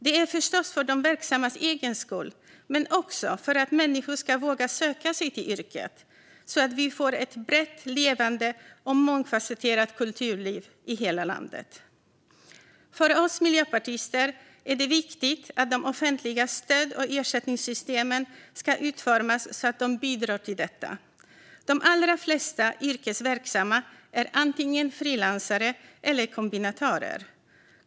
Det är förstås för de verksammas egen skull men också för att människor ska våga söka sig till yrket, så att vi får ett brett, levande och mångfasetterat kulturliv i hela landet. För oss miljöpartister är det viktigt att de offentliga stöd och ersättningssystemen utformas så att de bidrar till detta. De allra flesta yrkesverksamma är antingen frilansare eller kombinatörer.